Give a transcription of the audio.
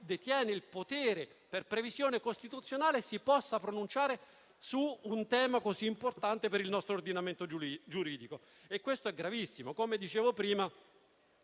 detiene il potere per previsione costituzionale si possa pronunciare su un tema così importante per il nostro ordinamento giuridico. Questo è gravissimo. Come dicevo prima,